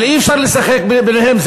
אבל אי-אפשר לשחק ביניהם.